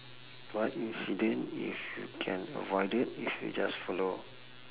what incident if you can avoid it if you just follow